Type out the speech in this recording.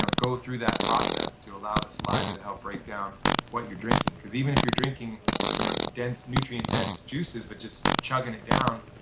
ah go through that process to allow the saliva to help break down what you're drinking because even if you're drinking you know nutrient-dense juices, but just chugging it down,